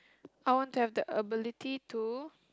I want to have the ability to